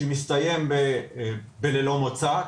שמסתיים ב-ללא מוצא,